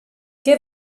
che